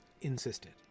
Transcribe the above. insisted